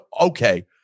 Okay